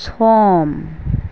सम